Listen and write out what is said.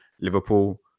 Liverpool